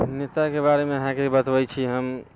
नेताके बारेमे अहाँके बतबै छी हम